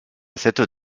cette